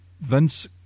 Vince